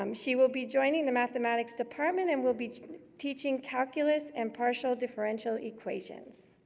um she will be joining the mathematics department, and will be teaching calculus and partial differential equations.